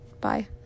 Bye